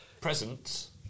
Presence